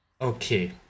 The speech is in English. Okay